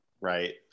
Right